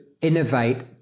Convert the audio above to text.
innovate